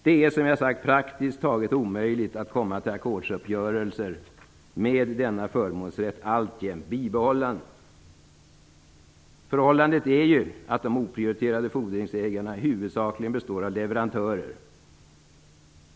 Det är som jag har sagt praktiskt taget omöjligt att komma till ackordsuppgörelser med denna förmånsrätt alltjämt bibehållen. Förhållandet är ju att de fordringsägare som har oprioriterade fordringar huvudsakligen är leverantörer.